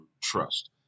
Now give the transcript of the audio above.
trust